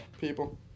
People